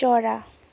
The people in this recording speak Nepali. चरा